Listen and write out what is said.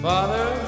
Father